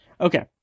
Okay